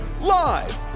live